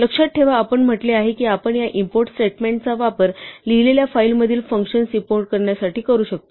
लक्षात ठेवा आपण म्हटले आहे की आपण या इम्पोर्ट स्टेटमेंट चा वापर लिहिलेल्या फाइलमधील फंक्शन्स इम्पोर्ट करण्यासाठी करू शकतो